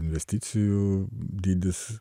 investicijų dydis